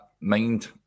mind